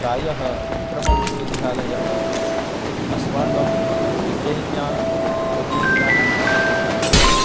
प्रायः विक्रमविश्वविद्यालयः अस्माकम् उज्जेन्याः उज्जेन्याः महानुशासकः